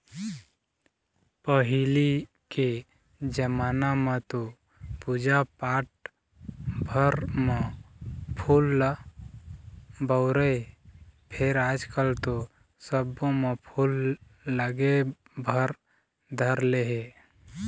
पहिली के जमाना म तो पूजा पाठ भर म फूल ल बउरय फेर आजकल तो सब्बो म फूल लागे भर धर ले हे